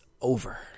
over